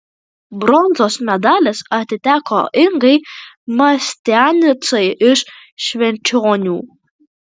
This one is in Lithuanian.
bronzos medalis atiteko ingai mastianicai iš švenčionių